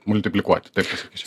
multiplikuoti taip pasakysiu